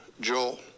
Joel